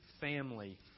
family